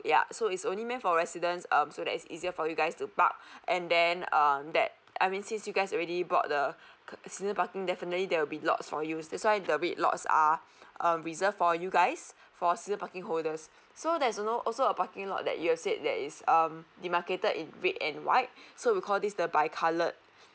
ya so it's only meant for residence um so that it's easier for you guys to park and then um that I mean since you guys already bought the season parking definitely there will be lots for you that's why the red lots are err reserve for you guys for season parking holders so there's no also a parking lot that you said that is um demarcated in red and white so we call this the by coloured